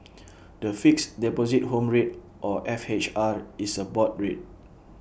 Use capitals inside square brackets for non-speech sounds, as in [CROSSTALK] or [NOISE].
[NOISE] the Fixed Deposit Home Rate or F H R is A board rate